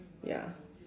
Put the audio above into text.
ya